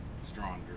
stronger